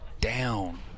down